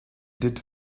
did